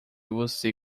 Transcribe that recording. você